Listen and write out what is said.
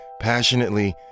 passionately